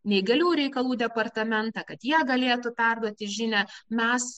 neįgaliųjų reikalų departamentą kad jie galėtų perduoti žinią mes